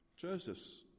Joseph's